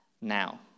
Now